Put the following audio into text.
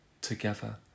together